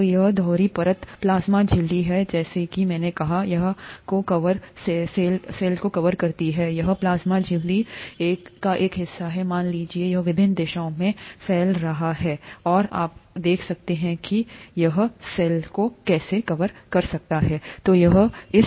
तो यह दोहरी परत प्लाज्मा झिल्ली है जैसा कि मैंने कहा यहको कवर सेलकरता है यह प्लाज्मा झिल्ली का एक हिस्सा है मान लें कि यह विभिन्न दिशाओं में फैल रहा है और आप देखते हैं कि यह सेल को कैसे कवर कर सकता है